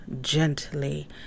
gently